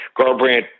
Garbrandt